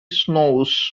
snows